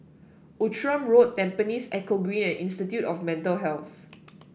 Outram Road Tampines Eco Green and Institute of Mental Health